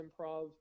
Improv